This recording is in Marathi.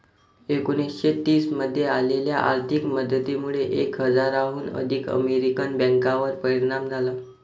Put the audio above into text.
एकोणीसशे तीस मध्ये आलेल्या आर्थिक मंदीमुळे एक हजाराहून अधिक अमेरिकन बँकांवर परिणाम झाला